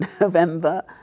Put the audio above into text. November